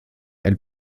elle